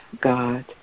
God